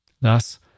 Thus